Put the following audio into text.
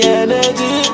energy